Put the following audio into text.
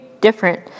different